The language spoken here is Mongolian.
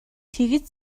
тэгж